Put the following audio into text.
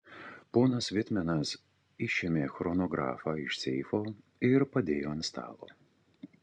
ponas vitmenas išėmė chronografą iš seifo ir padėjo ant stalo